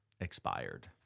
expired